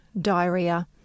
diarrhea